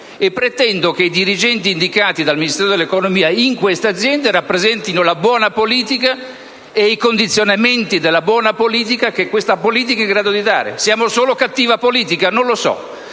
e pretendo che i dirigenti indicati dal Ministero dell'economia in queste aziende rappresentino la buona politica e i condizionamenti che la buona politica è in grado di dare. Siamo solo cattiva politica? Non lo so.